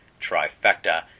trifecta